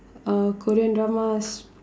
uh Korean dramas